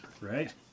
right